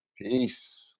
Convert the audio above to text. Peace